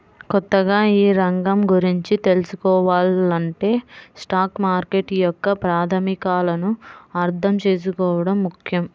కొత్తగా ఈ రంగం గురించి తెల్సుకోవాలంటే స్టాక్ మార్కెట్ యొక్క ప్రాథమికాలను అర్థం చేసుకోవడం ముఖ్యం